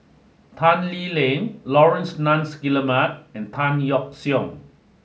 Tan Lee Leng Laurence Nunns Guillemard and Tan Yeok Seong